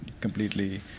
completely